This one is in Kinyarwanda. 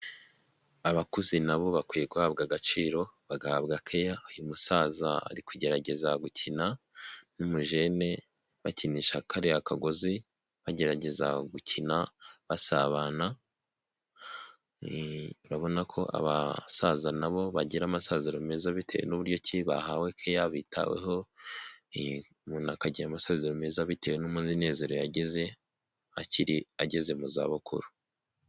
Abakuze nabo bakwiye guhabwa agaciro bagahabwa keya uyu musaza ari kugerageza gukina n'umujene bakinisha kariya kagozi bagerageza gukina basabana, urabona ko abasaza nabo bagira amasaziro meza bitewe n'uburyo ki bahawe kya bitaweho umuntu akagira amasaziro meza bitewe n'umunezero akiri ageze mu zabukuru.